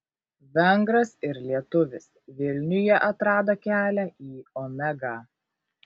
vengras ir lietuvis vilniuje atrado kelią į omegą